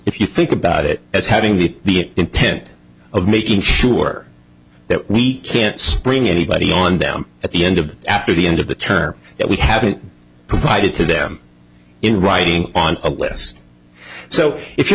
if you think about it as having the intent of making sure that we can't spring anybody on down at the end of after the end of the term that we haven't provided to them in writing on